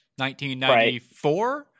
1994